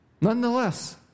Nonetheless